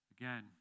Again